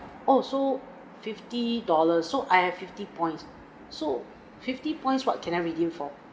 oh so fifty dollar so I have fifty points so fifty points what can I redeem for